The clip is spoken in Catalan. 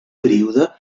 període